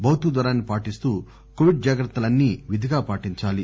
భౌతిక దూరాన్ని పాటిస్తూ కోవిడ్ జాగ్రత్తలన్నీ విధిగా పాటించాలి